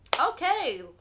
Okay